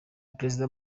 perezida